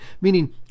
meaning